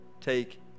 take